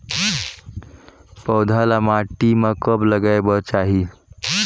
पौधा ल माटी म कब लगाए बर चाही?